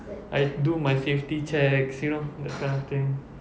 I do my safety checks you know that kind of thing